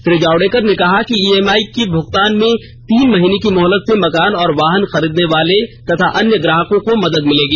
श्री जावेडकर ने कहा कि ईएमआई के भूगतान में तीन महीने की मोहलत से मकान और वाहन खरीदने वालों तथा अन्य ग्राहकों को मदद मिलेगी